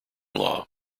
law